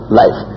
life